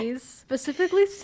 specifically